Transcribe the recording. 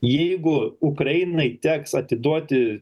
jeigu ukrainai teks atiduoti